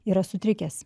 yra sutrikęs